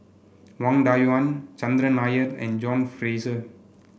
Wang Dayuan Chandran Nair and John Fraser